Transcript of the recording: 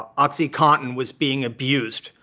oxycontin was being abused.